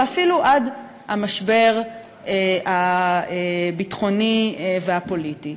ואפילו עד המשבר הביטחוני והפוליטי.